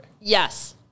Yes